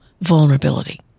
vulnerability